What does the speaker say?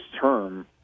term